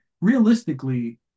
realistically